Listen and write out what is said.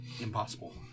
impossible